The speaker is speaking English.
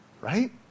right